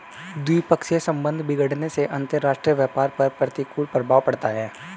द्विपक्षीय संबंध बिगड़ने से अंतरराष्ट्रीय व्यापार पर प्रतिकूल प्रभाव पड़ता है